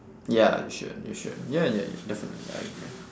ya you should you should ya ya definitely ah yeah